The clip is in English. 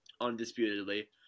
Undisputedly